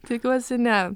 tikiuosi ne